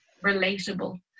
relatable